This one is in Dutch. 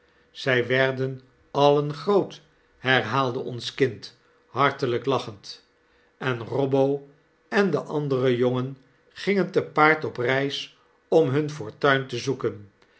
zij werden alien groot herhaalde ons kind harteipk lachend en robbo en de andere jongen gingen te paard op reis om hun fortuin te zoeken